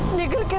you can